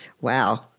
Wow